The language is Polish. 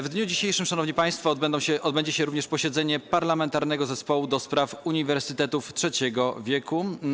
W dniu dzisiejszym, szanowni państwo, odbędzie się również posiedzenie Parlamentarnego Zespołu ds. Uniwersytetów Trzeciego Wieku.